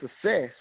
success